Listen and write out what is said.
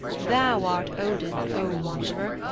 thou art odin, o wanderer,